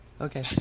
Okay